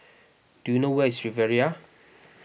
do you know where is Riviera